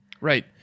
right